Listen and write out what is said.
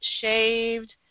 shaved –